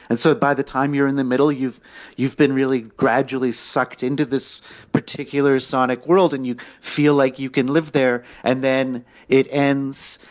and so by the time you're in the middle, you've you've been really gradually sucked into this particular sonic world and you feel like you can live there. and then it ends,